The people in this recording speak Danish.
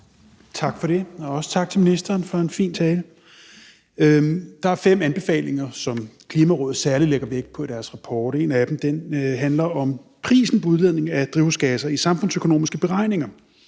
Tak for det, og også tak til ministeren for en fin tale. Der er fem anbefalinger, som Klimarådet særlig lægger vægt på i deres rapport. En af dem handler om prisen på udledning af drivhusgasser i samfundsøkonomiske beregninger,